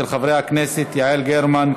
של חברי הכנסת יעל גרמן,